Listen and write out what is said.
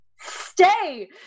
Stay